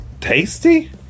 tasty